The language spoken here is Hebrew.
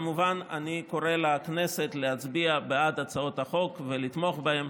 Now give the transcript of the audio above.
אז כמובן אני קורא לכנסת להצביע בעד הצעות החוק ולתמוך בהן.